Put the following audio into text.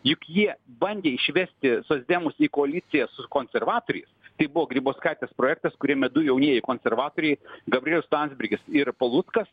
juk jie bandė išvesti socdemus į koaliciją su konservatoriais tai buvo grybauskaitės projektas kuriame du jaunieji konservatoriai gabrielius landsbergis ir paluckas